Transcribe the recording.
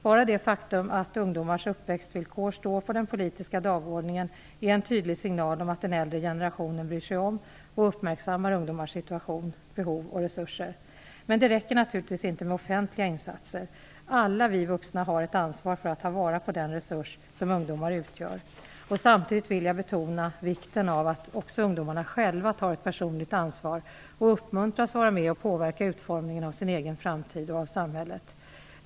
Bara det faktum att ungdomars uppväxtvillkor står på den politiska dagordningen är en tydlig signal om att den äldre generationen bryr sig om och uppmärksammar ungdomars situation, behov och resurser. Men det räcker naturligtvis inte med offentliga insatser. Alla vi vuxna har ett ansvar för att ta vara på den resurs som ungdomar utgör. Samtidigt vill jag betona vikten av att också ungdomarna själva tar ett personligt ansvar och uppmuntras vara med att påverka utformningen av sin egen framtid och av samhället.